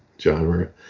genre